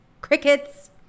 Crickets